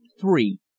Three